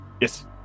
Yes